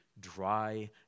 dry